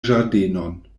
ĝardenon